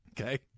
Okay